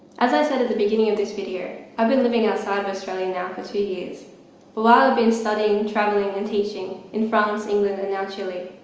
as i said at the beginning of this video, i've been living outside of australia now for two years but while i've been studying, travelling and teaching in france, england and now chile,